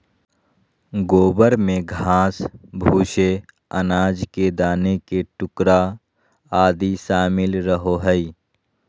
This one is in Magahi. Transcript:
गोबर में घास, भूसे, अनाज के दाना के टुकड़ा आदि शामिल रहो हइ